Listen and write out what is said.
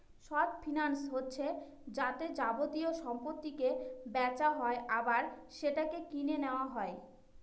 short finance হচ্ছে যাতে যাবতীয় সম্পত্তিকে বেচা হয় আবার সেটাকে কিনে নেওয়া হয়